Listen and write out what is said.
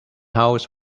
house